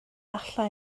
alla